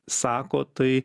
sako tai